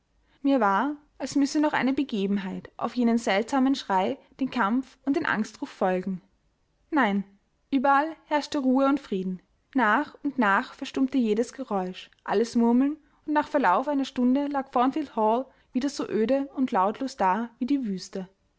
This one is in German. mir war als müsse noch eine begebenheit auf jenen seltsamen schrei den kampf und den angstruf folgen nein überall herrschte ruhe und frieden nach und nach verstummte jedes geräusch alles murmeln und nach verlauf einer stunde lag thornfield hall wieder so öde und lautlos da wie die wüste